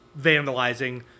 vandalizing